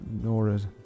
Nora's